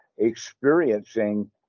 experiencing